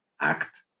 act